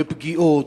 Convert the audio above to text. פגיעות,